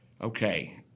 Okay